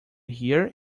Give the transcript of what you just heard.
hear